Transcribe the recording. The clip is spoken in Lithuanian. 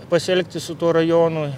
pasielgti su tuo rajonu